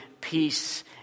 peace